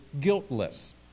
guiltless